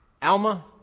Alma